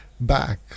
back